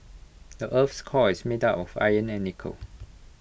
the Earth's core is made of iron and nickel